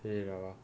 可以了啊